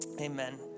amen